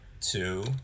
two